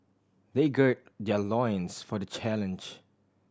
they gird their loins for the challenge